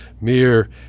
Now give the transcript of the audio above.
Mere